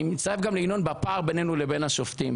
אני מצטרף לינון גם לגבי הפער בינינו לבין השופטים